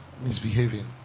misbehaving